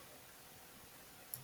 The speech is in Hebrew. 8,700 עובדים.